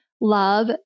love